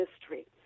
history